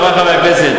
חברי חברי הכנסת,